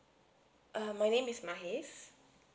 err my name is mahes